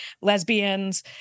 lesbians